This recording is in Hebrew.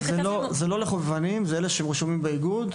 זה לא לחובבנים; זה לאלה שרשומים באיגוד,